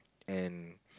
and